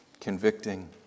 convicting